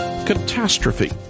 catastrophe